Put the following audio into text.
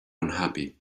unhappy